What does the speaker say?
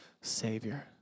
Savior